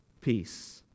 Peace